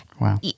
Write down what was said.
Wow